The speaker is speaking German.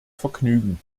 vergnügen